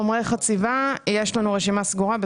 חומרי חציבה יש לנו רשימה סגורה.